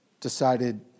decided